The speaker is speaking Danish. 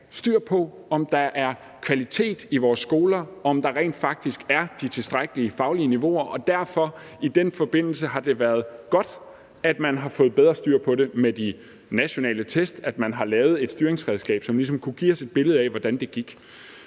styr på, om der er kvalitet i vores skoler, om de faglige niveauer rent faktisk er tilstrækkelig høje. Derfor har det i den forbindelse været godt, at man har fået bedre styr på det med de nationale test, at man har lavet et styringsredskab, som ligesom kunne give os et billede af, hvordan det gik.